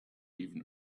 even